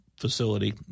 facility